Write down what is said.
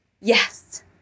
yes